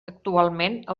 actualment